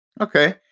Okay